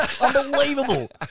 Unbelievable